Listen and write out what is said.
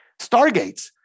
Stargates